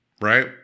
right